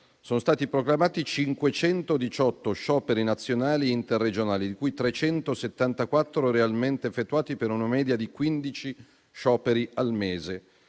sono stati proclamati 518 scioperi nazionali e interregionali, di cui 374 realmente effettuati, per una media di 15 scioperi al mese.